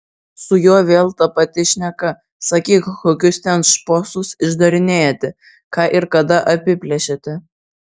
su juo vėl ta pati šneka sakyk kokius ten šposus išdarinėjate ką ir kada apiplėšėte